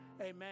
Amen